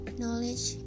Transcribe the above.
knowledge